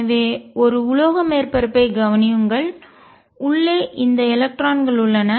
எனவே ஒரு உலோக மேற்பரப்பைக் கவனியுங்கள் உள்ளே இந்த எலக்ட்ரான்கள் உள்ளன